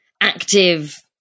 active